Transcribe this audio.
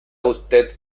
usted